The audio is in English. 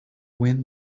win